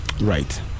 right